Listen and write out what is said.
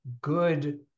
good